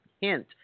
hint